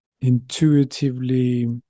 intuitively